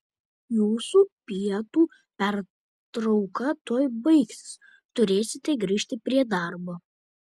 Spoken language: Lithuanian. jūsų pietų pertrauka tuoj baigsis turėsite grįžti prie darbo